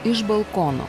iš balkono